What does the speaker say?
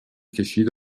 کشید